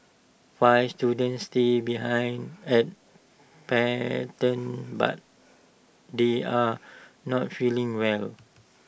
five students stay behind at Pendant but they are not feeling well